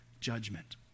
judgment